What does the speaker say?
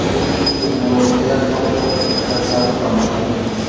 ꯑꯩ ꯊꯨꯝ ꯃꯣꯔꯣꯛ ꯑꯌꯥꯛꯄ ꯄꯣꯠ ꯈꯔ ꯆꯥꯕ ꯄꯥꯝꯃꯤ